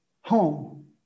home